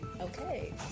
okay